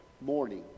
morning